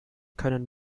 können